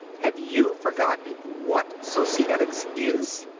have you forgotten what societics is?